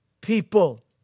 people